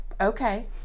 Okay